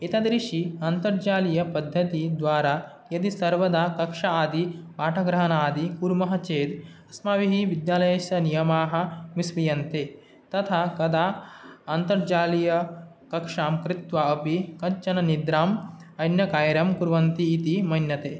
एतादृशी अन्तर्जालीयपद्धती द्वारा यदि सर्वदा कक्षा आदि पाठग्रहणादि कुर्मः चेत् अस्माभिः विद्यालयस्य नियमाः विस्मर्यन्ते तथा कदा अन्तर्जालीयकक्षां कृत्वा अपि कञ्चन निद्रां अन्यकार्यं कुर्वन्ति इति मन्यते